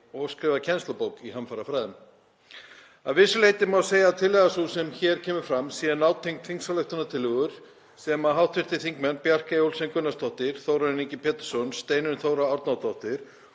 og skrifað kennslubók í hamfarafræðum. Að vissu leyti má segja að tillaga sú sem hér kemur fram sé nátengd þingsályktunartillögu sem hv. þingmenn Bjarkey Olsen Gunnarsdóttir, Þórarinn Ingi Pétursson, Steinunn Þóra Árnadóttir